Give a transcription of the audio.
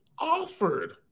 offered